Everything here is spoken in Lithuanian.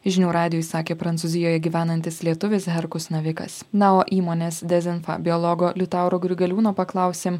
žinių radijui sakė prancūzijoje gyvenantis lietuvis herkus navikas na o įmonės dezinfa biologo liutauro grigaliūno paklausėm